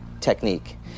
Technique